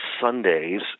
Sundays